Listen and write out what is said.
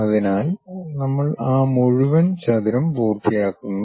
അതിനാൽ നമ്മൾ ആ മുഴുവൻ ചതുരം പൂർത്തിയാക്കുന്നു